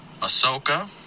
Ahsoka